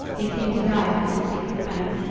here came to die upon its sacred banks,